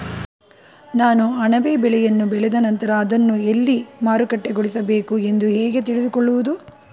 ನಾನು ಅಣಬೆ ಬೆಳೆಯನ್ನು ಬೆಳೆದ ನಂತರ ಅದನ್ನು ಎಲ್ಲಿ ಮಾರುಕಟ್ಟೆಗೊಳಿಸಬೇಕು ಎಂದು ಹೇಗೆ ತಿಳಿದುಕೊಳ್ಳುವುದು?